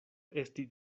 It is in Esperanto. esti